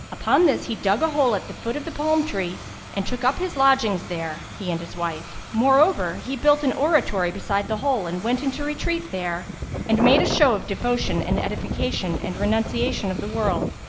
upon this he dug a hole at the foot of the palm tree and took up his lodgings there, he and his wife moreover, he built an oratory beside the hole and went into retreat there and made a show of devotion and edification and renunciation of the world.